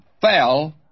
fell